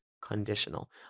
conditional